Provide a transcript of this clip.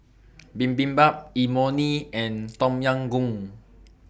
Bibimbap Imoni and Tom Yam Goong